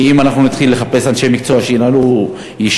כי אם אנחנו נתחיל לחפש אנשי מקצוע שינהלו יישוב,